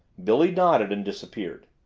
billy nodded and disappeared.